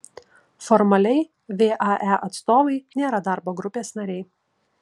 formaliai vae atstovai nėra darbo grupės nariai